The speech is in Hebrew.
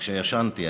כשישנתי,